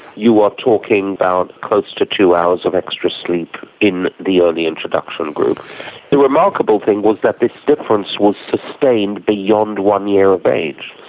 you are talking about close to two hours of extra sleep in the early introduction group. the remarkable thing was that this difference was sustained beyond one year of age.